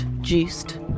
juiced